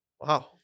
Wow